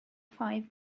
five